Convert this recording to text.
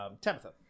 Tabitha